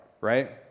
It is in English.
right